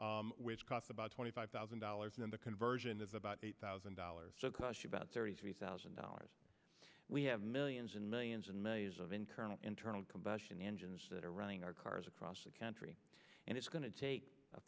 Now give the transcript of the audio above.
prius which costs about twenty five thousand dollars and the conversion is about eight thousand dollars question about thirty three thousand dollars we have millions and millions and millions of in kernel internal combustion engines that are running our cars across the country and it's going to take a